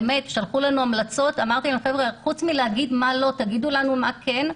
שלחו לנו המלצות ואמרתי להם שחוץ מלהגיד מה לא שיגידו לנו מה כן.